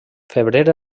febrer